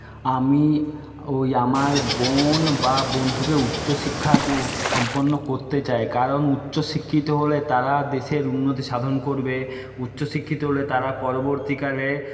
আমি ওই আমার বোন বা বন্ধুকে উচ্চশিক্ষা সম্পন্ন করতে চাই কারণ উচ্চশিক্ষিত হলে তারা দেশের উন্নতি সাধন করবে উচ্চশিক্ষিত হলে তারা পরবর্তীকালে